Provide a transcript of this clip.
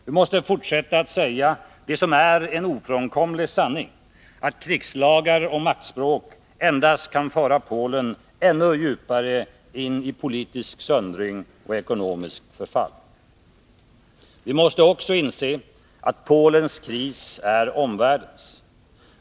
Vi måste fortsätta att säga det som är en ofrånkomlig sanning, att krigslagar och maktspråk endast kan föra Polen ännu djupare in i politisk söndring och ekonomiskt förfall. Vi måste också inse att Polens kris är omvärldens.